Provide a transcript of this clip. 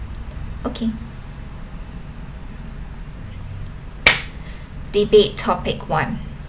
okay debate topic one